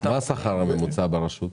מה השכר הממוצע ברשות?